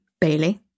bailey